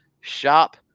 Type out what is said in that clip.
shop